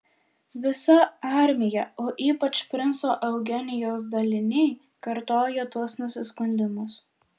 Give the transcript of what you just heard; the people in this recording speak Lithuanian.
visa armija o ypač princo eugenijaus daliniai kartojo tuos nusiskundimus